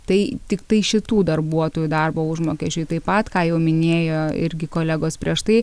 tai tiktai šitų darbuotojų darbo užmokesčiui taip pat ką jau minėjo irgi kolegos prieš tai